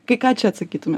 kai ką čia atsakytume